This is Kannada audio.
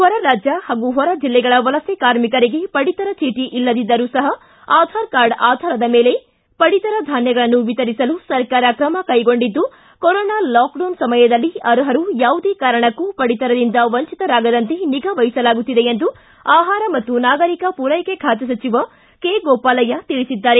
ಹೊರ ರಾಜ್ಯ ಹಾಗೂ ಹೊರ ಜಿಲ್ಲೆಗಳ ವಲಸೆ ಕಾರ್ಮಿಕರಿಗೆ ಪಡಿತರ ಚೀಟ ಇಲ್ಲದಿದ್ದರೂ ಸಹ ಆಧಾರ್ ಕಾರ್ಡ್ ಆಧಾರದ ಮೇಲೆ ಪಡಿತರ ಧಾನ್ಯಗಳನ್ನು ವಿತರಿಸಲು ಸರ್ಕಾರ ಕ್ರಮ ಕೈಗೊಂಡಿದ್ದು ಕೊರೊನಾ ಲಾಕ್ಡೌನ್ ಸಮಯದಲ್ಲಿ ಅರ್ಹರು ಯಾವುದೇ ಕಾರಣಕ್ಕೂ ಪಡಿತರದಿಂದ ವಂಚಿತರಾಗದಂತೆ ನಿಗಾ ವಹಿಸಲಾಗುತ್ತಿದೆ ಎಂದು ಆಹಾರ ಮತ್ತು ನಾಗರಿಕ ಪೂರೈಕೆ ಖಾತೆ ಸಚಿವ ಗೋಪಾಲಯ್ಯ ತಿಳಿಸಿದ್ದಾರೆ